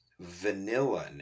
vanilla